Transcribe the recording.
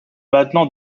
maintenant